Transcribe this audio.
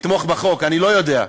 לתמוך בחוק, אני לא יודע.